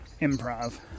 improv